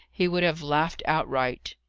he would have laughed out-right.